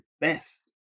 best